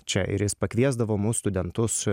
čia ir jis pakviesdavo mus studentus